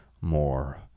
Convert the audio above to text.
more